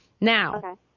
now